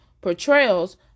portrayals